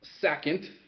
second